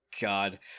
God